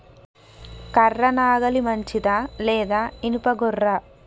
కర్ర నాగలి మంచిదా లేదా? ఇనుప గొర్ర?